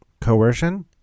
coercion